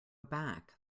back